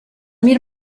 mir